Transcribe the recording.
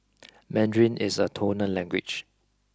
Mandarin is a tonal language